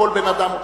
כל בן-אדם הוא,